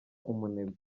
umunebwe